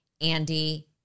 Andy